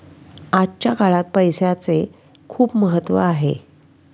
आजच्या काळात पैसाचे खूप महत्त्व आहे